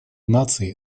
наций